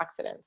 antioxidants